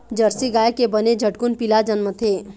Jersey गाय के बने झटकुन पिला जनमथे